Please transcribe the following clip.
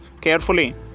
carefully